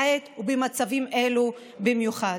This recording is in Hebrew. בעת ובמצבים אלו במיוחד.